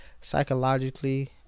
psychologically